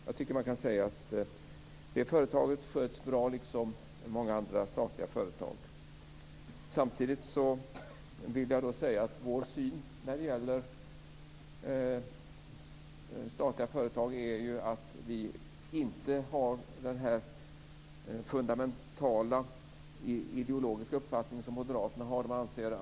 Jag tycker att man kan säga att företaget sköts bra, liksom många andra statliga företag. Samtidigt vill jag framhålla att vi när det gäller statliga företag inte har samma fundamentala ideologiska uppfattning som moderaterna har.